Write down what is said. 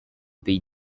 pays